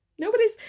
Nobody's